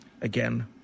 Again